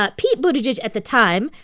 but pete buttigieg, at the time,